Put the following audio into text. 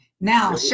Now-